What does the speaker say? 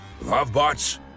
Lovebots